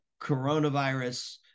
coronavirus